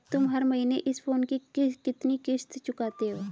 तुम हर महीने इस फोन की कितनी किश्त चुकाते हो?